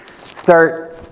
start